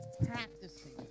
practicing